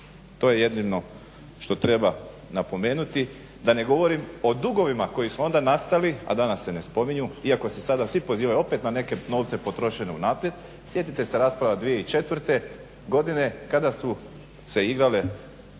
To je jedino što treba napomenuti, da ne govorim o dugovima koji su onda nastali, a danas se ne spominju iako se sada svi pozivaju opet na neke novce potrošene unaprijed. Sjetite se rasprava 2004. godine kada su se igrale